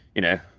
you know.